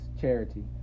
charity